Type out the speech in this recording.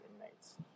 inmates